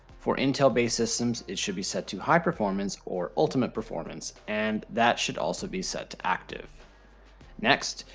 for intel-based systems, it should be set to high performance or ultimate performance and that should also be set to active next,